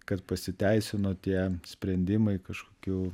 kad pasiteisino tie sprendimai kažkokių